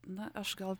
na aš gal